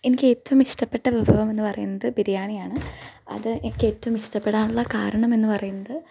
എനിക്കേറ്റവും ഇഷ്ടപ്പെട്ട വിഭവമെന്ന് പറയുന്നത് ബിരിയാണിയാണ് അത് എനിക്കേറ്റവും ഇഷ്ടപ്പെടാനുള്ള കാരണമെന്ന് പറയുന്നത്